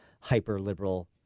hyper-liberal